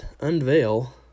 unveil